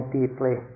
deeply